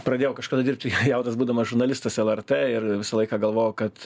pradėjau kažkada dirbti jaunas būdamas žurnalistas lrt ir visą laiką galvojau kad